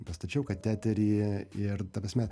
pastačiau kateterį ir ta prasme